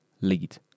lead